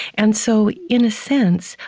and so, in a sense,